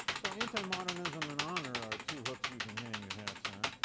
so anti-modernism and honor are two hooks you can hang your hats on.